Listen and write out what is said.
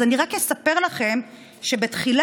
אז רק אספר לכם שבתחילה,